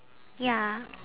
ya